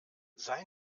sei